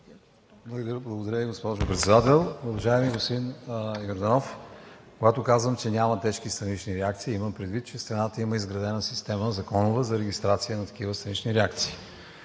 Благодаря Ви, госпожо Председател. Уважаеми господин Йорданов, когато казвам, че няма тежки странични реакции, имам предвид, че в страната има изградена законова система за регистрация на такива странични реакции.